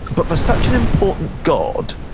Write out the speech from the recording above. but for such an important god,